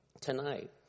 tonight